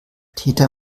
täter